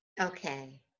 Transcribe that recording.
Okay